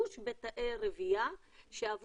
מגנים על בריאותו הנפשית והגופנית ועדיין מאפשרים למחקר שנועד